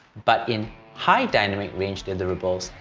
but in high dynamic range deliverables,